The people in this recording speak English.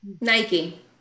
Nike